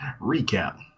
recap